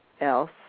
else